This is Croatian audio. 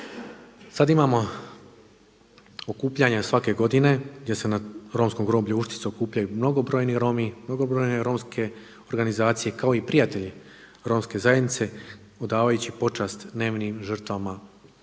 Sada imamo okupljanja svake godine gdje se na Romskom groblju Uštica okupljaju mnogobrojni Romi, mnogobrojne romske organizacije kao prijatelji romske zajednice odavajući počast nevinim žrtvama